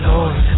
Lord